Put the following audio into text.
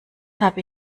habe